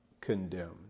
condemned